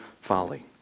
folly